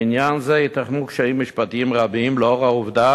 בעניין זה ייתכנו קשיים משפטיים רבים לנוכח העובדה